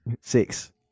Six